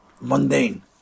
mundane